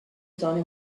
zone